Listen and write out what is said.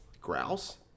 Grouse